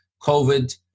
COVID